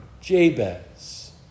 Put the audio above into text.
Jabez